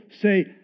say